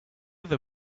other